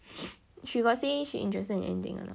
she got say she interested in anything not